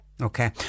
Okay